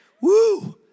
Woo